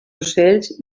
ocells